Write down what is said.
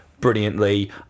Brilliantly